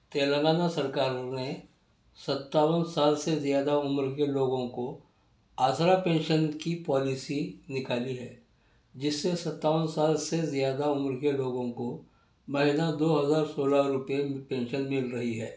تلنگانہ سرکار نے ستاون سال سے زیادہ عمر کے لوگوں کو ازرا پینسن کی پالیسی نکالی ہے جس سے ستاون سال سے زیادہ عمر کے لوگوں کو مہینہ دو ہزار سولہ روپئے کی پینسن مل رہی ہے